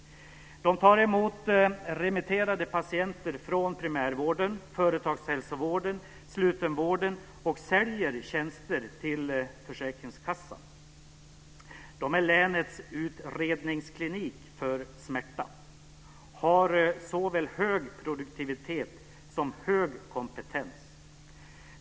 Den tar emot remitterade patienter från primärvården, företagshälsovården och slutenvården och säljer tjänster till försäkringskassan. Den är länets utredningsklinik för smärta och har såväl hög produktivitet som hög kompetens.